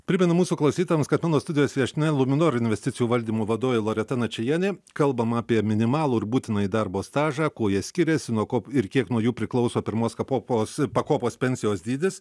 primenu mūsų klausytojams kad mano studijos viešnia luminor investicijų valdymų vadovė loreta načajienė kalbam apie minimalų ir būtinąjį darbo stažą kuo jie skiriasi nuo ko ir kiek nuo jų priklauso pirmos kapopos pakopos pensijos dydis